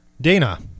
Dana